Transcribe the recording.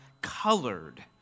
colored